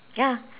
ya